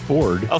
Ford